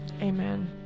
Amen